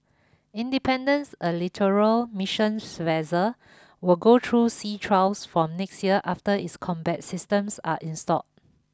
independence a littoral missions vessel will go through sea trials from next year after its combat systems are installed